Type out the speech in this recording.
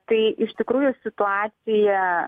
tai iš tikrųjų situacija